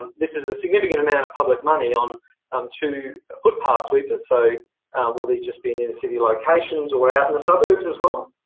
and this is a significant amount of public money on um two footpath sweepers, so will these just be in inner city locations or out in the suburbs as well?